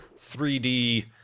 3D